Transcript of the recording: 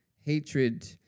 hatred